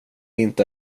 inte